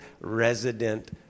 resident